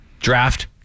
draft